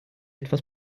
etwas